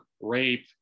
rape